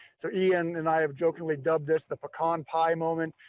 so ian and i have jokingly dubbed this the pecan pie moment,